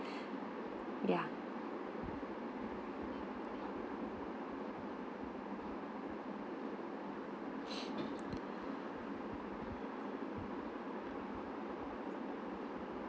ya